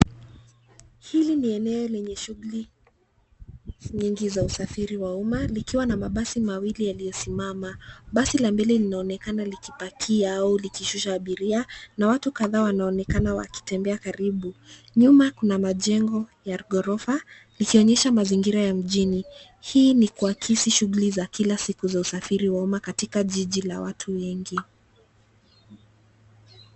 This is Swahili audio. Hili ni eneo lenye shughuli nyingi za usafiri wa umma, likiwa na mabasi mawili yaliyosimama. Basi la mbili linaonekana likipakia au likishusha abiria, na watu kadhaa wanaonekana wakitembea karibu. Nyuma Kuna majengo ya ghorofa ikionyesha mazingira ya mjini. Hii ni kwa Kisi shughuli za Kila siku za usafiri wa umma katika jiji la watu wengi.